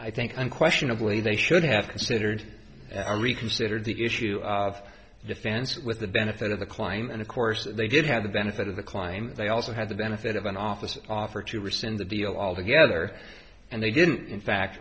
i think unquestionably they should have considered i reconsidered the issue of defense with the benefit of the climb and of course they did have the benefit of the clime they also had the benefit of an office offer to rescind the deal altogether and they didn't in fact